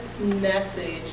message